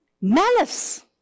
Malice